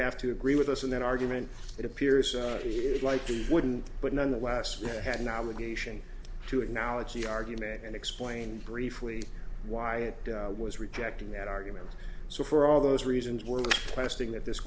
have to agree with us in that argument it appears like it wouldn't but nonetheless have an obligation to acknowledge the argument and explain briefly why it was rejecting that argument so for all those reasons we're testing that this